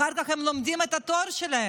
אחר כך הם לומדים את התואר שלהם,